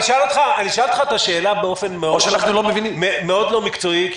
אני אשאל אותך באופן מאוד לא מקצועי כי